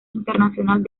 internacional